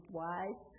wise